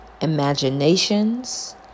imaginations